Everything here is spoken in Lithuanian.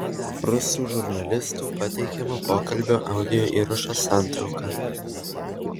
rusų žurnalistų pateikiamo pokalbio audio įrašo santrauka